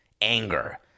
Anger